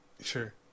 Sure